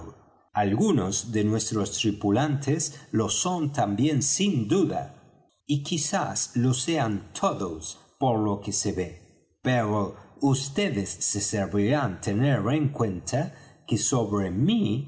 algunos de nuestros tripulantes lo son también sin duda y quizás lo sean todos por lo que se ve pero vds se servirán tener en cuenta que sobre mí